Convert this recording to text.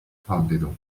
pallido